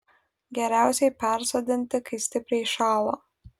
geriausiai persodinti kai stipriai šąla